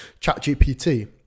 ChatGPT